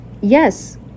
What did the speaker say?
Yes